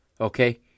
okay